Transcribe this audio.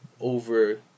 over